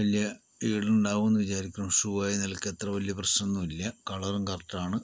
വലിയ ഈട് ഉണ്ടാകുമെന്ന് വിചാരിക്കണു ഷൂവായി നിൽക്കത്തെ അത്ര വലിയ പ്രശ്നം ഒന്നുമില്ല കളറും കറക്റ്റ് ആണ്